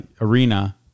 Arena